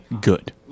good